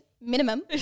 minimum